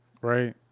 right